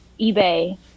eBay